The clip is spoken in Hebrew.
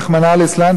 רחמנא ליצלן,